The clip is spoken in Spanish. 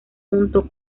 junto